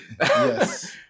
yes